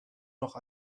noch